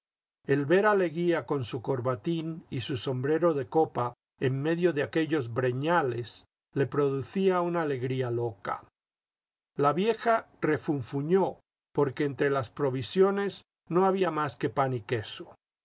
el ver a leguía con su corbatín y su sombrero de copa en medio de aquellos breñales le producía una alegría loca la vieja refunfuñó porque entre las provisiones no había más que pan y queso